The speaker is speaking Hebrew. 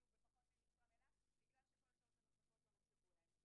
בפחות ממשרה מלאה בגלל שכל השעות הנוספות לא נחשבו להם.